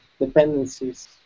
dependencies